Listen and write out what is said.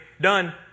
Done